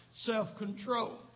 self-control